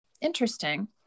interesting